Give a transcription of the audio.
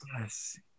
Yes